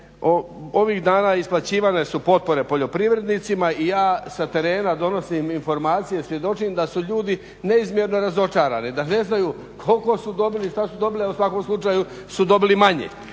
ovih dana isplaćivane su potpore sa poljoprivrednicima i ja sa terena donosim informacije, svjedočim da su ljudi neizmjerno razočarani da ne znaju koliko i šta su dobili, ali su u svakom slučaju dobili manje.